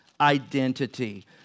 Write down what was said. identity